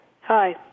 Hi